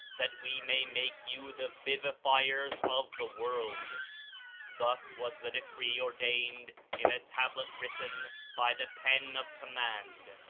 that we may make you the vivifiers of the world thus was the decree ordained in a tablet written by the pen of command.